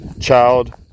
child